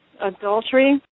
Adultery